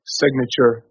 signature